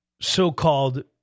so-called